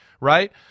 right